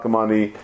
money